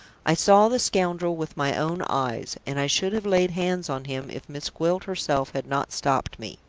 i saw the scoundrel with my own eyes, and i should have laid hands on him, if miss gwilt herself had not stopped me.